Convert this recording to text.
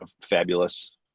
fabulous